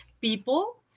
people